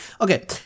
okay